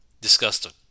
disgusting